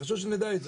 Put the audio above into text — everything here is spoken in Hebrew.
חשוב שנדע את זה,